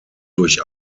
durch